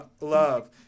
love